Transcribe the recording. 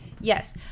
Yes